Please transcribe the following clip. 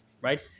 right